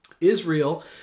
Israel